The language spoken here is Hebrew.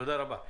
תודה רבה.